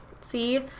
See